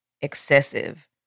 excessive